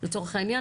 לצורך העניין.